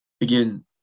Again